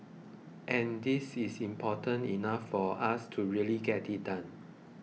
and this is important enough for us to really get it done